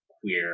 queer